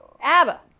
Abba